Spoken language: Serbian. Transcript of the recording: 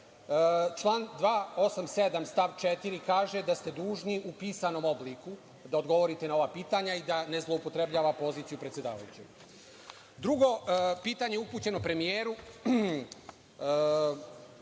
član 287. stav 4. kaže da ste dužni u pisanom obliku da odgovorite na ova pitanja i da ne zloupotrebljava poziciju predsedavajućeg. Drugo pitanje upućeno je premijeru.